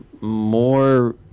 more